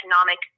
Economic